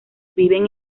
viven